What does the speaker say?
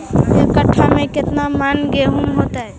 एक कट्ठा में केतना मन गेहूं होतै?